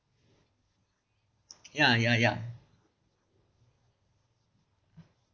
ya ya ya